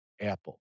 Apple